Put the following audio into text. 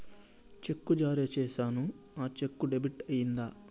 చెక్కు జారీ సేసాను, ఆ చెక్కు డెబిట్ అయిందా